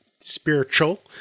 spiritual